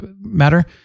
matter